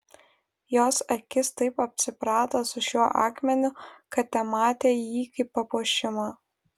jos akis taip apsiprato su šiuo akmeniu kad tematė jį kaip papuošimą